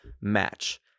match